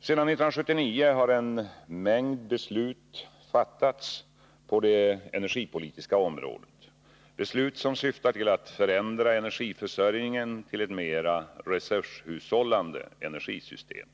Sedan 1979 har en mängd beslut fattats på det energipolitiska området, beslut som syftar till att förändra energiförsörjningen till ett mera resurshushållande energisystem.